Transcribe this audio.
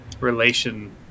Relation